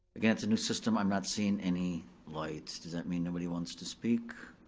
again, it's a new system, i'm not seeing any lights. does that mean nobody wants to speak?